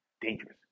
Dangerous